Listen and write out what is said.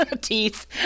teeth